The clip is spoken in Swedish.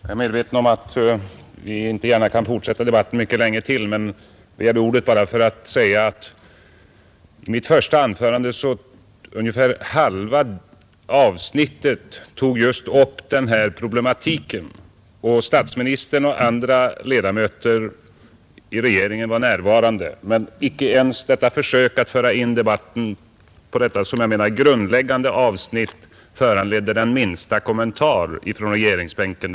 Fru talman! Jag är medveten om att vi inte gärna kan fortsätta debatten mycket länge till; jag begärde ordet bara för att säga att ungefär halva avsnittet av mitt första anförande tog upp denna problematik. Statsministern och andra ledamöter i regeringen var närvarande, men inte ens detta försök att föra in debatten på detta som jag menar grundläggande avsnitt föranledde den minsta kommentar från regeringsbänken.